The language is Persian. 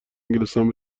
انگلستان